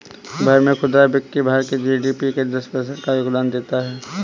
भारत में खुदरा बिक्री भारत के जी.डी.पी में दस प्रतिशत का योगदान देता है